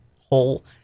whole